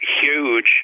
huge